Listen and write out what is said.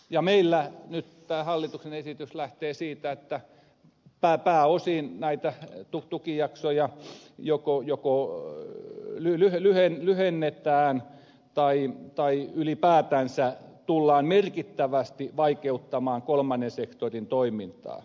ja meillä nyt tämä hallituksen esitys lähtee siitä että pääosin näitä tukijaksoja joko lyhennetään tai ylipäätänsä tullaan merkittävästi vaikeuttamaan kolmannen sektorin toimintaa